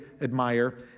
admire